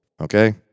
okay